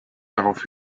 darauf